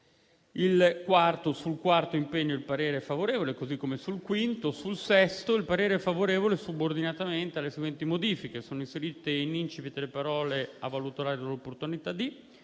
Sul quarto e sul quinto impegno il parere è favorevole. Sul sesto impegno il parere è favorevole subordinatamente alle seguenti modifiche: sono inserite in *incipit* le parole «a valutare l'opportunità di»,